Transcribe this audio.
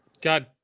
God